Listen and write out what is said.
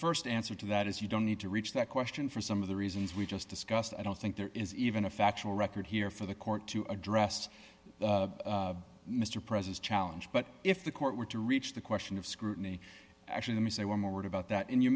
the st answer to that is you don't need to reach that question for some of the reasons we just discussed i don't think there is even a factual record here for the court to addressed mr president challenge but if the court were to reach the question of scrutiny actually them if they were more worried about that in you